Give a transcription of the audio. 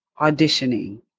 auditioning